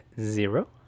zero